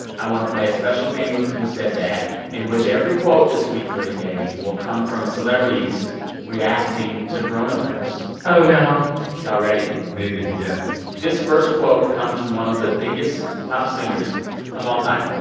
i want to play a special game of who said that in which every quote this week for the game will come from celebrities reacting to coronavirus oh, no y'all ready? maybe, yes this first quote comes from one of the biggest pop singers of all time.